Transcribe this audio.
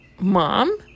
mom